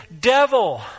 devil